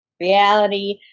reality